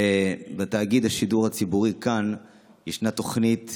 בתאגיד השידור הציבורי כאן יש תוכנית,